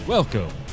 Welcome